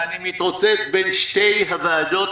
ואני מתרוצץ בין שתי הוועדות,